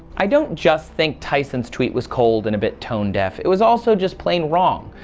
i don't just think tyson's tweet was cold and a bit tone deaf. it was also just plain wrong.